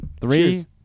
Three